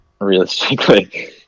realistically